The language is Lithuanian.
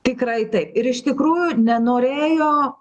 tikrai taip ir iš tikrųjų nenorėjo